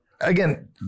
again